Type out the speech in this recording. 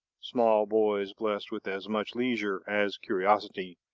small boys blessed with as much leisure as curiosity,